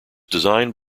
designed